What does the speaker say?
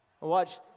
watch